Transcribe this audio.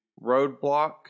roadblock